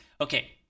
okay